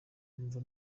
numva